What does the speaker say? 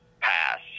pass